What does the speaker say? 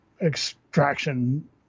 extraction